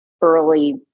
early